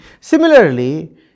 Similarly